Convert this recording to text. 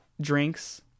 drinks